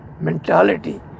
mentality